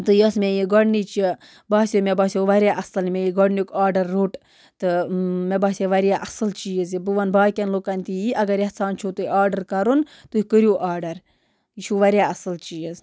تہٕ یۄس مےٚ یہِ گۄڈنِچ یہِ باسیو مےٚ باسیو وارِیاہ اَصٕل مےٚ یہِ گۄڈنیُک آرڈر روٚٹ تہٕ مےٚ باسیو وارِیاہ اَصٕل چیٖز یہِ بہٕ وَنہٕ باقیَن لُکَن تہِ یی اگر یَژھان چھُو تُہۍ آرڈر کَرُن تُہۍ کٔرِو آرڈر یہِ چھُ وارِیاہ اَصٕل چیٖز